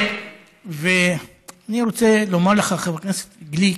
אני רוצה לומר לך, חבר הכנסת גליק,